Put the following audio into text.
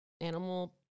animal